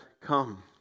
come